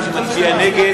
ומי שמצביע נגד,